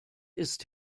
ist